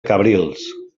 cabrils